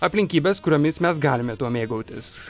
aplinkybes kuriomis mes galime tuo mėgautis